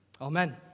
Amen